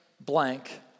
blank